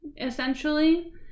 essentially